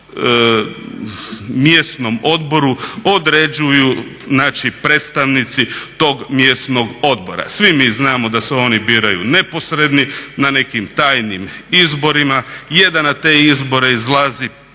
mjesnom odboru određuju znači predstavnici tog mjesnog odbora. Svi mi znamo da se oni biraju neposredni, na nekim tajnim izborima, je da na te izbore izlazi